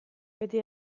beti